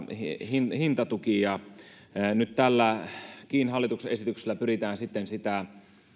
hintatuki ja nyt tälläkin hallituksen esityksellä pyritään sitä